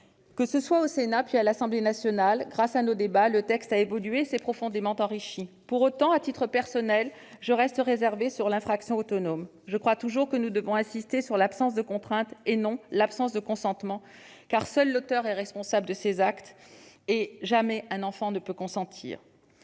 femmes ! Au Sénat comme à l'Assemblée nationale, grâce à nos débats, le texte a évolué et s'est profondément enrichi. Pour autant, à titre personnel, je reste réservée sur l'infraction autonome. Je crois toujours que nous devons insister sur l'absence de contrainte et non sur l'absence de consentement, car seul l'auteur est responsable de tels actes ; jamais un enfant ne peut consentir.